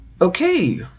Okay